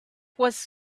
was